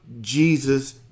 Jesus